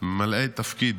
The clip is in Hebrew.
וממלאי תפקיד